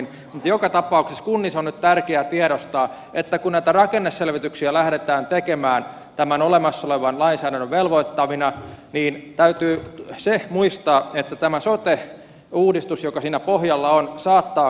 mutta joka tapauksessa kunnissa on nyt tärkeää tiedostaa että kun näitä rakenneselvityksiä lähdetään tekemään tämän olemassa olevan lainsäädännön velvoittamana niin täytyy se muistaa että tämä sote uudistus joka siinä pohjalla on saattaa kaatua